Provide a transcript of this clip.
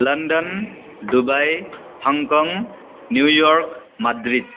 London Dubai Hong Kong New York Madrid